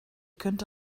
könnte